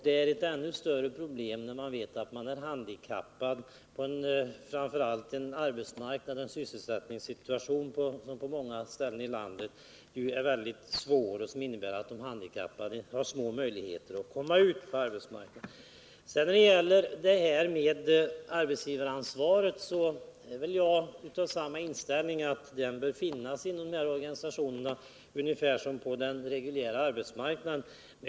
Det är ett ännu större problem att dessutom veta att man är handikappad på en arbetsmarknad med en sysselsättningssituation som på många ställen i landet är väldigt svår och som innebär att de handikappade har ringa möjligheter att få sysselsättning på arbetsmarknaden. När det gäller arbetsgivaransvaret har jag samma inställning, att det bör tas samma ansvar inom de här allmännyttiga organisationerna som på den reguljära arbetsmarknaden.